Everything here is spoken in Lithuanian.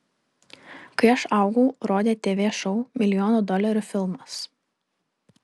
kai aš augau rodė tv šou milijono dolerių filmas